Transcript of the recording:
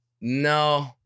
No